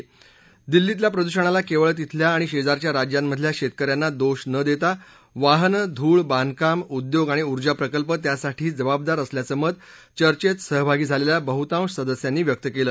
या दिल्लीतल्या प्रदूषणाला फक्त तिथल्या आणि शेजारच्या राज्यांमधल्या शेतक यांना दोष न देता वाहनं धूळ बांधकाम उद्योग आणि ऊर्जा प्रकल्प त्यासाठी जबाबदार असल्याचं मत चयेंत सहभागी झालेल्या बहुतांश सदस्यांनी व्यक्त केलं